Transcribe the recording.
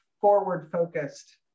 forward-focused